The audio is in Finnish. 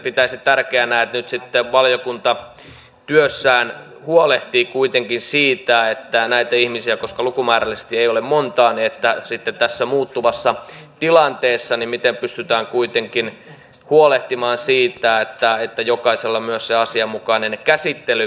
pitäisin tärkeänä että nyt sitten valiokunta työssään huolehtii kuitenkin siitä että koska näitä ihmisiä lukumäärällisesti ei ole monta tässä muuttuvassa tilanteessani miten pystytään kuitenkin huolehtimaan siitä tilanteessa jokaisella myös se asianmukainen käsittely tapahtuu